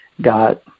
got